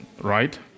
right